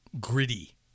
gritty